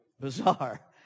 Bizarre